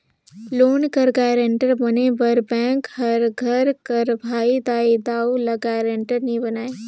loan कर guarantor बने बर बेंक हर घर कर भाई, दाई, दाऊ, ल गारंटर नी अपनाए